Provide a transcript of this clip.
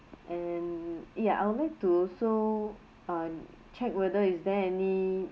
and ya I would like to also um check whether is there any